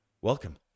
Welcome